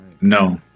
no